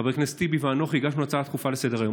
חבר הכנסת טיבי ואנוכי הגשנו הצעה דחופה לסדר-היום.